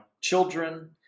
children